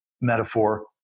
metaphor